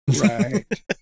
Right